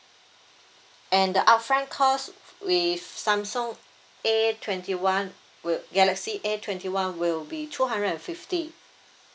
and the upfront cost with samsung A twenty one will galaxy A twenty one will be two hundred and fifty